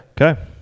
Okay